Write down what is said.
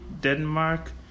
Denmark